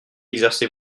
exercez